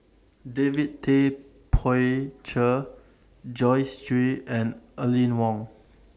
David Tay Poey Cher Joyce Jue and Aline Wong